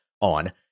on